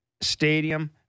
stadium